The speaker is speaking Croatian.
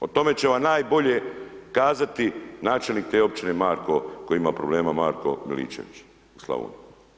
O tome će vam najbolje kazati načelnik te općine Marko koji ima problem Marko Miličević u Slavoniji.